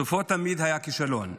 סופו תמיד היה כישלון,